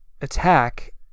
attack